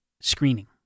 screening